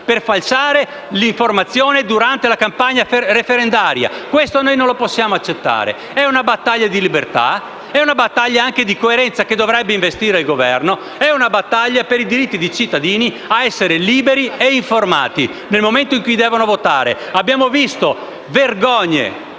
per falsare l'informazione durante la campagna referendaria. Noi non possiamo accettare questo. È una battaglia di libertà e coerenza che dovrebbe investire il Governo per il diritto dei cittadini a essere liberi e informati nel momento in cui devono votare. Abbiamo visto vergogne